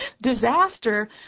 disaster